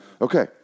Okay